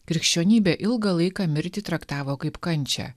krikščionybė ilgą laiką mirtį traktavo kaip kančią